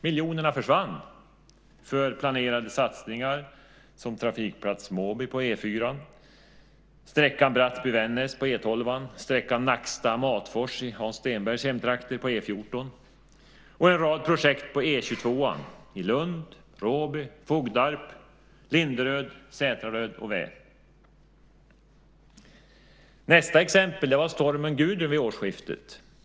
Miljonerna försvann för planerade satsningar som trafikplats Måby på E 4, sträckan Brattby-Vännäs på E 12, sträckan Nacksta-Matfors i Hans Stenbergs hemtrakter på E 14 och en rad projekt på E 22 i Lund, Råby, Fogdarp, Linderöd, Sätaröd-Vä. Nästa exempel var stormen Gudrun vid årsskiftet.